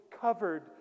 covered